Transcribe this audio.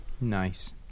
Nice